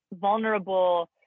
vulnerable